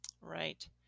Right